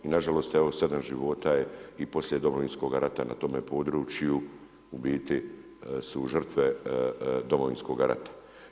I nažalost, evo 7 života i poslije Domovinskog rata, na tome području, u biti su žrtve Domovinskoga rata.